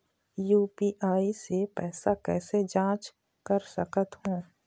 UPI से पैसा कैसे जाँच कर सकत हो?